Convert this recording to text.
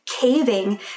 caving